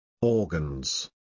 Organs